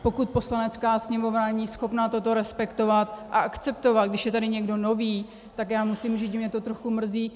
Pokud Poslanecká sněmovna není schopna toto respektovat a akceptovat, když je tady někdo nový, tak já musím říct, že mě to trochu mrzí.